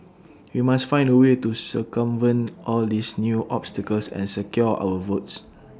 we must find A way to circumvent all these new obstacles and secure our votes